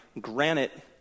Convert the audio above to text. granite